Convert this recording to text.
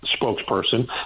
spokesperson